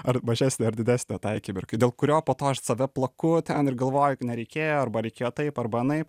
ar mažesnio ar didesnio tai akimirkai dėl kurio po to aš save plaku ten ir galvoju nereikėjo arba reikėjo taip arba anaip